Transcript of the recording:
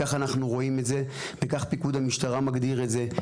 ככה אנחנו רואים את זה וככה גם פיקוד המשטרה מגדיר את זה,